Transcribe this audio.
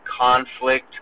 conflict